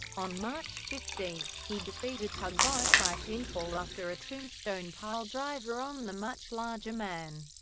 on march fifteen, he defeated tugboat by pinfall after a tombstone piledriver on the much larger man.